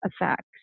effects